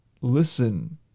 Listen